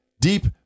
Deep